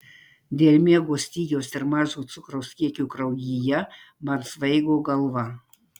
dėl miego stygiaus ir mažo cukraus kiekio kraujyje man svaigo galva